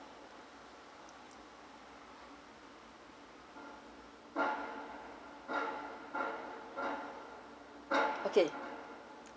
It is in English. okay